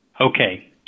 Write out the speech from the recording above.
Okay